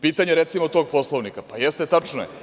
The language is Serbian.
Pitanje, recimo, tog Poslovnika, pa jeste tačno je.